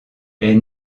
est